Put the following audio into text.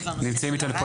נמצאים אתנו פה,